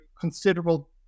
considerable